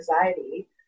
anxiety